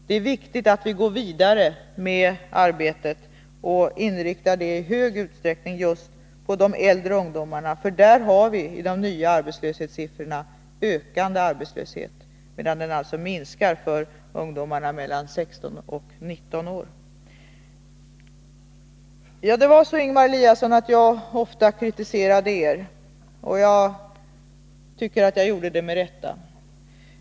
Det är viktigt att vi går vidare med arbetet och i stor utsträckning inriktar det just på de äldre ungdomarna. Där har vi, i de nya arbetslöshetssiffrorna, en ökande arbetslöshet, medan den alltså minskar för ungdomarna mellan 16 och 19 år. Jag kritiserade er ofta — och jag tycker att jag gjorde det med rätta.